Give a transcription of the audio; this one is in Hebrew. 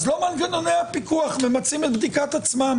אז לא מנגנוני הפיקוח ממצים את בדיקת עצמם.